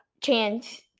chance